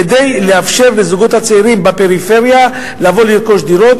כדי לאפשר לזוגות הצעירים בפריפריה לבוא לרכוש דירות.